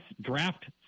draft